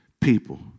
people